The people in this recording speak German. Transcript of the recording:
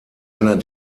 einer